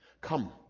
come